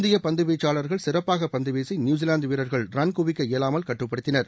இந்திய பந்து வீச்சாளர்கள் சிறப்பாக பந்து வீசி நியூசிவாந்து வீரர்கள் ரன் குவிக்க இயலாமல் கட்டுப்படுத்தினர்